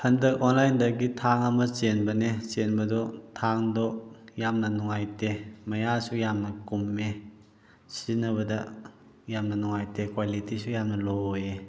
ꯍꯟꯗꯛ ꯑꯣꯟꯂꯥꯏꯟꯗꯒꯤ ꯊꯥꯡ ꯑꯃ ꯆꯦꯟꯕꯅꯦ ꯆꯦꯟꯕꯗꯣ ꯊꯥꯡꯗꯣ ꯌꯥꯝꯅ ꯅꯨꯡꯉꯥꯏꯇꯦ ꯃꯌꯥꯁꯨ ꯌꯥꯝꯅ ꯀꯨꯝꯃꯦ ꯁꯤꯖꯤꯟꯅꯕꯗ ꯌꯥꯝꯅ ꯅꯨꯡꯉꯥꯏꯇꯦ ꯀ꯭ꯋꯥꯂꯤꯇꯤꯁꯨ ꯌꯥꯝꯅ ꯂꯣ ꯑꯣꯏꯌꯦ